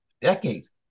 decades